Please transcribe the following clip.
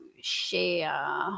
share